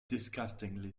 disgustingly